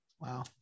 wow